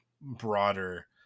broader